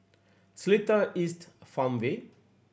Seletar East Farmway